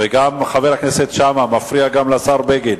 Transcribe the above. וגם חבר הכנסת שאמה, אתה מפריע לשר בגין.